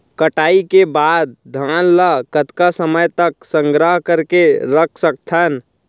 कटाई के बाद धान ला कतका समय तक संग्रह करके रख सकथन?